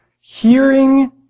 hearing